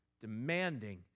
demanding